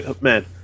Man